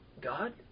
God